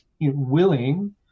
willing